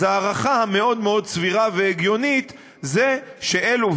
אז ההערכה המאוד-מאוד סבירה והגיונית היא שאלו,